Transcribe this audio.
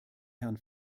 herrn